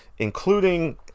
Including